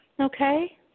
okay